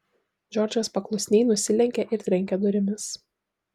džordžas paklusniai nusilenkė ir trenkė durimis